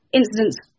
incidents